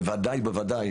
בוודאי ובוודאי